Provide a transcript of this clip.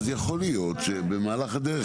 אז יכול להיות שבמהלך הדרך,